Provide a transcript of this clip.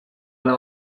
ale